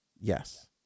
Yes